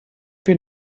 wir